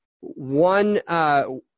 one